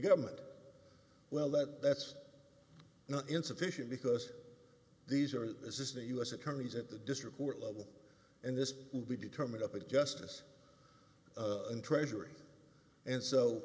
government well that that's not insufficient because these are assistant u s attorneys at the district court level and this will be determined up at justice and treasury and so